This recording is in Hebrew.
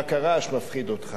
רק הרעש מפחיד אותך,